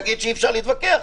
אל תגיד שאי-אפשר להתווכח.